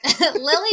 Lily